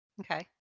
okay